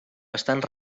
bastant